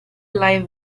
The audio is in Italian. live